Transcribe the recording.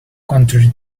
contrary